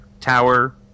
tower